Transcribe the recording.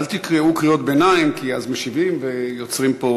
אל תקראו קריאות ביניים, כי אז משיבים ויוצרים פה,